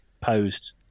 posed